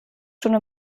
schon